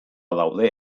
daude